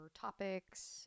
topics